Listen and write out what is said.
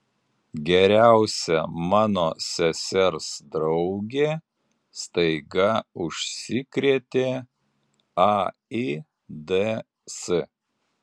geriausia mano sesers draugė staiga užsikrėtė aids